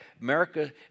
America